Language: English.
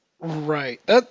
Right